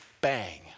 bang